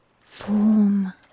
form